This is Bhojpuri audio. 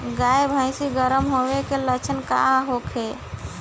गाय भैंस गर्म होय के लक्षण का होखे?